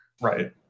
Right